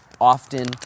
often